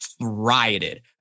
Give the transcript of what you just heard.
rioted